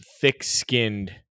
thick-skinned